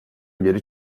geri